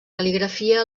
cal·ligrafia